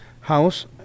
house